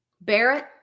Barrett